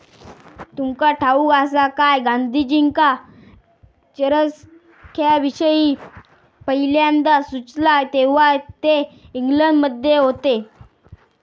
तुमका ठाऊक आसा काय, गांधीजींका चरख्याविषयी पयल्यांदा सुचला तेव्हा ते इंग्लंडमध्ये होते